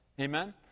Amen